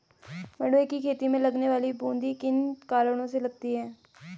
मंडुवे की खेती में लगने वाली बूंदी किन कारणों से लगती है?